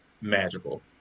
magical